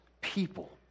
people